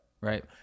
Right